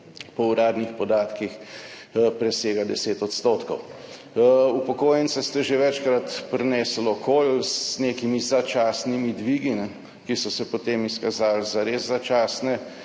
po uradnih podatkih presega 10 %. Upokojence ste že večkrat prinesli okoli z nekimi začasnimi dvigi, ki so se potem izkazali za res začasne